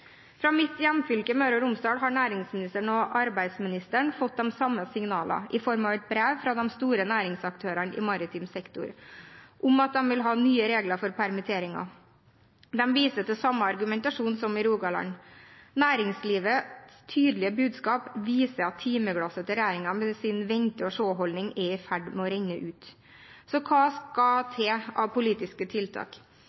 Fra mitt hjemfylke, Møre og Romsdal, har næringsministeren og arbeidsministeren fått de samme signalene i form av et brev fra de store næringsaktørene i maritim sektor – de vil ha nye regler for permitteringer. De viser til samme argumentasjon som i Rogaland. Næringslivets tydelige budskap viser at timeglasset til regjeringen med sin vente-og-se-holdning er i ferd med å renne ut. Så hva skal